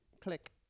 click